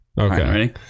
Okay